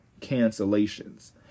cancellations